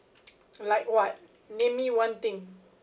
like what name me one thing